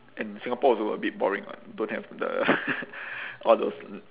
and singapore also a bit boring [what] don't have the all those